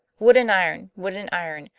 wood and iron, wood and iron,